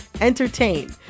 entertain